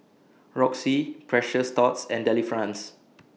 Roxy Precious Thots and Delifrance